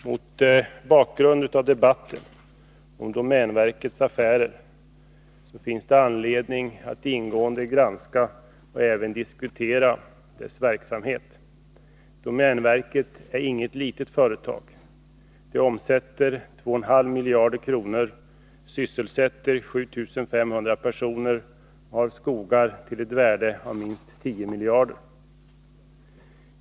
Mot bakgrund av debatten om domänverkets affärer är det angeläget att ingående granska och även diskutera dess verksamhet. Domänverket är inget litet företag. Det omsätter 2,5 miljarder kronor, sysselsätter 7 500 personer och har skogar till ett värde av minst 10 miljarder kronor.